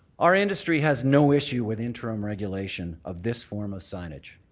our industry has no issue with interim regulation of this form of signage.